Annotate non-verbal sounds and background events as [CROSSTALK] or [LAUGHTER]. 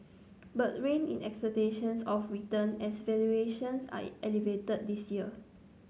but rein in expectations of return as valuations are [UNINTELLIGIBLE] elevated this year